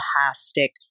fantastic